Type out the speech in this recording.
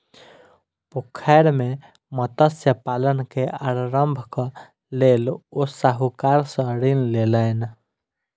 पोखैर मे मत्स्य पालन के आरम्भक लेल ओ साहूकार सॅ ऋण लेलैन